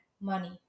money